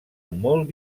molt